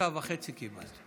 כנסת נכבדה,